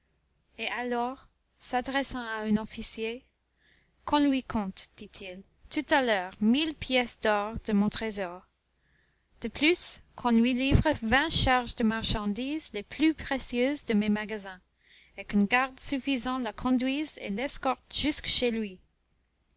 et alors s'adressant à un officier qu'on lui compte dit-il tout à l'heure mille pièces d'or de mon trésor de plus qu'on lui livre vingt charges de marchandises les plus précieuses de mes magasins et qu'une garde suffisante le conduise et l'escorte jusque chez lui